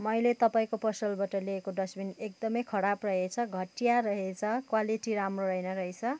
मैले तपाईँको पसलबाट लिएको डस्टबिन एकदमै खराब रहेछ घटिया रहेेछ क्वालिटी राम्रो रहेन रहेछ